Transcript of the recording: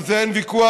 על זה אין ויכוח,